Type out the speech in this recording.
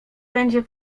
będzie